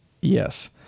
Yes